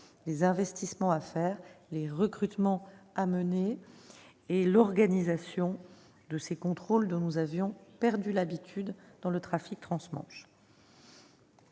les investissements à réaliser, les recrutements à mener et l'organisation des futurs contrôles, dont nous avions perdu l'habitude dans le trafic transmanche.